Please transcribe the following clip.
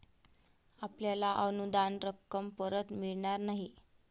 आपल्याला अनुदान रक्कम परत मिळणार नाही